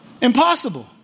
Impossible